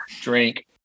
drink